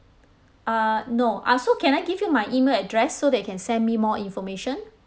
uh no ah so can I give you my email address so that you can send me more information